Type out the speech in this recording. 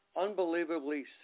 unbelievably